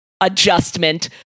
adjustment